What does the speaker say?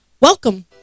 welcome